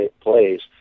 plays